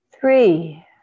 Three